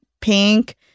pink